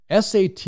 SAT